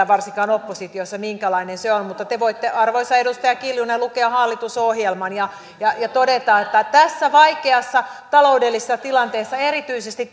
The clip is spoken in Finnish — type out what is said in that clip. varsinkaan oppositiossa ei voida minkälainen se on mutta te voitte arvoisa edustaja kiljunen lukea hallitusohjelman ja ja todeta että tässä vaikeassa taloudellisessa tilanteessa erityisesti